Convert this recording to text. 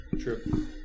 True